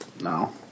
No